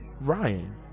Ryan